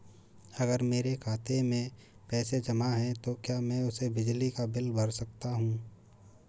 अगर मेरे बैंक खाते में पैसे जमा है तो क्या मैं उसे बिजली का बिल भर सकता हूं?